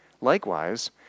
Likewise